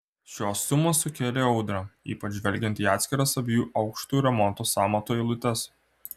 šios sumos sukėlė audrą ypač žvelgiant į atskiras abiejų aukštų remonto sąmatų eilutes